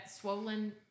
swollen